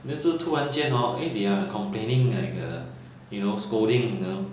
那时候突然间 hor eh they're complaining like err you know scolding you know